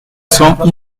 cents